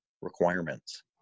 requirements